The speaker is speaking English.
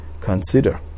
consider